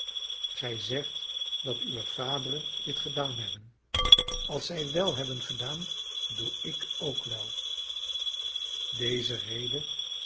gij zegt dat uwe vaderen dit gedaan hebben als zij wél hebben gedaan doe ik ook wél deze rede